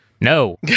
No